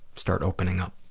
start opening up.